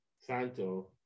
Santo